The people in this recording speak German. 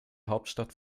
hauptstadt